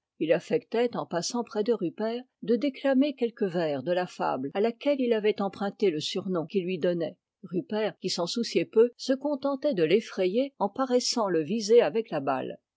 il affectait en passant près de rupert de déclamer quelques vers de la fable à laquelle il avait emprunté le surnom qu'il lui donnait rupert qui s'en souciait peu se contentait de l'effrayer en paraissant le viser avec la balle